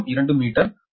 002 metre ஆகும்